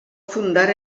fundar